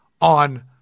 on